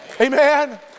Amen